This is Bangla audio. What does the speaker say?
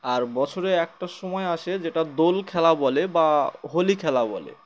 আর বছরে একটা সময় আসে যেটা দোল খেলা বলে বা হোলি খেলা বলে